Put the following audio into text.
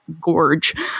Gorge